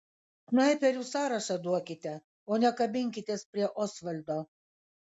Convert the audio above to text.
snaiperių sąrašą duokite o ne kabinkitės prie osvaldo